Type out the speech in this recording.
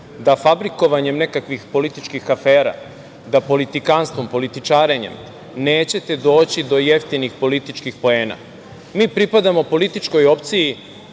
da fabrikovanjem nekakvih političkih afera, da politikanstvom, političarenjem nećete doći do jeftinih političkih poena. Mi pripadamo političkoj opciji